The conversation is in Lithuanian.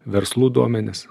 verslų duomenis